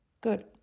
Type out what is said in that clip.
Good